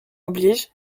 oblige